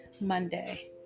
Monday